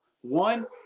One